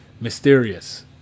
Mysterious